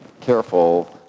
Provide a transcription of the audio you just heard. careful